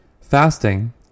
Fasting